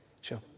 Sure